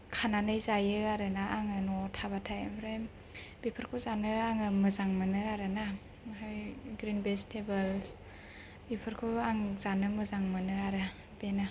खानानै जायो आरोना आङो न'आव थाबाथाय ओमफ्राय बेफोरखौ जानो आङो मोजां मोनो आरोना ओमफ्राय ग्रिन भेजिटेभलस बेफोरखौ आं जानो मोजां मोनो आरो बेनो